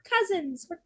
cousins